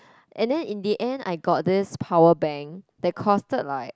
and then in the end I got this power bank that costed like